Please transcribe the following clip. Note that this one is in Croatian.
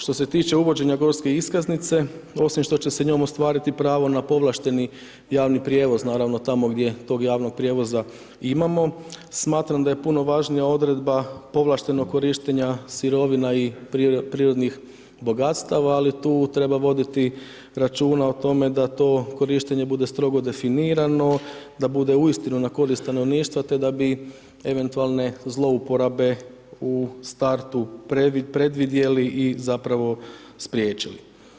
Što se tiče uvođenja gorske iskaznice, osim što će se njom ostvariti pravo na povlašteni javni prijevoz, naravno tamo gdje tog javnog prijevoza imamo, smatram da je puno važnija odredba povlaštenog korištenja sirovina i prirodnih bogatstava ali tu treba voditi računa o tome da to korištenje bude strogo definirano, da bude uistinu na korist stanovništva te da bi eventualne zlouporabe u startu predvidjeli i zapravo spriječili.